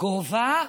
גובה?